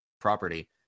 property